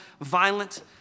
violent